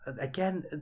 Again